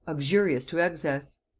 uxorious to excess.